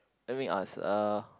let me ask uh